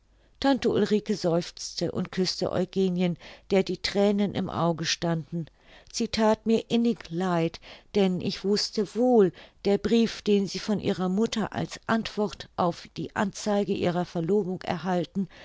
tante ulrike seufzte und küßte eugenien der die thränen im auge standen sie that mir innig leid denn ich wußte wohl der brief den sie von ihrer mutter als antwort auf die anzeige ihrer verlobung erhalten